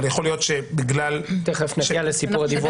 אבל יכול להיות שבגלל --- תיכף נגיע לסיפור הדיווח.